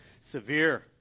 severe